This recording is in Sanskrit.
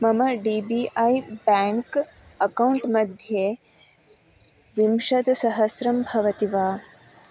मम डी बी ऐ बेङ्क् अकौण्ट्मध्ये विंशतिसहस्रं भवति वा